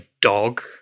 dog